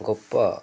గొప్ప